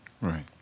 Right